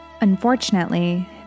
Unfortunately